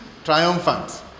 triumphant